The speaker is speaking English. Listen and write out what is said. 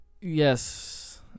Yes